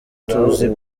tuzi